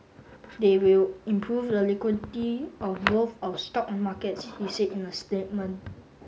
they will improve the liquidity of both our stock markets he said in a statement